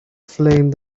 flame